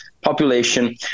population